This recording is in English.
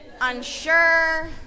unsure